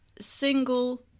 single